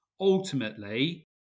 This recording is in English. ultimately